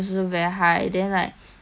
uh their